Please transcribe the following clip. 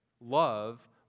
love